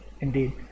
Indeed